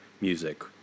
music